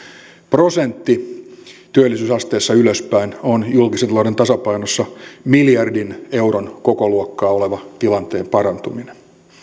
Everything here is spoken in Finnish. prosentti työllisyysasteessa ylöspäin on julkisen talouden tasapainossa miljardin euron kokoluokkaa oleva tilanteen parantuminen